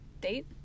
Date